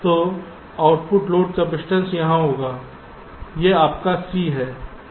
तो output load capacitance यहाँ होगा यह आपका C है